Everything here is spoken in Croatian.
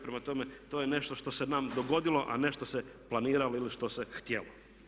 Prema tome, to je nešto što se nama dogodilo, a ne što se planiralo ili što se htjelo.